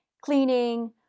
cleaning